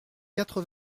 quatre